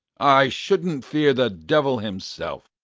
i shouldn't fear the devil himself!